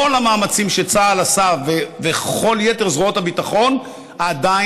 עם כל המאמצים שצה"ל וכל יתר זרועות הביטחון עושים,